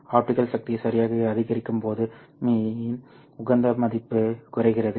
optical சக்தி சரியாக அதிகரிக்கும் போது மீ இன் உகந்த மதிப்பு குறைகிறது